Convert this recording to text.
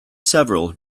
several